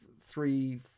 three